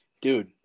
dude